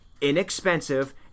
inexpensive